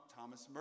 Thomas